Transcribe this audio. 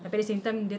tapi same time dia